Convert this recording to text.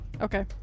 Okay